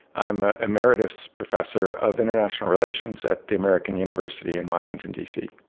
i'm an emeritus professor of international relations at the american university in washington, dc.